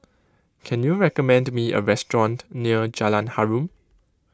can you recommend me a restaurant near Jalan Harum